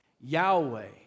Yahweh